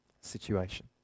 situation